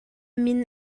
min